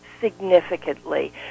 Significantly